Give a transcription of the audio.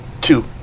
Two